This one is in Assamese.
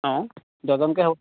অঁ ডজনকে হ'ব